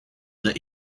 that